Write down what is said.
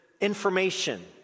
information